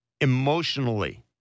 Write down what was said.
emotionally